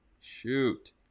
Shoot